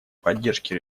поддержке